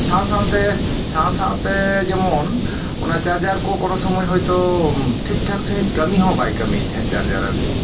ᱥᱟᱶ ᱥᱟᱶᱛᱮ ᱥᱟᱶ ᱥᱟᱶᱛᱮ ᱡᱮᱢᱚᱱ ᱚᱱᱟ ᱪᱟᱨᱡᱟᱨᱠᱚ ᱠᱳᱱᱳ ᱥᱚᱢᱚᱭ ᱦᱳᱭᱛᱚ ᱴᱷᱤᱠᱴᱷᱟᱠ ᱥᱟᱹᱦᱤᱡ ᱠᱟᱹᱢᱤᱦᱚᱸ ᱵᱟᱭ ᱠᱟᱹᱢᱤᱭ ᱛᱮᱦᱮᱸᱫ ᱪᱟᱨᱡᱟᱨ ᱟᱨᱠᱤ